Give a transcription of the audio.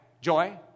joy